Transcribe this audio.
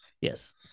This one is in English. yes